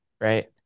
right